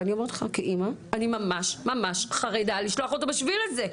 ואני אומרת לך שכאימא אני ממש חרדה לשלוח אותו בשביל הזה.